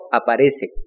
aparece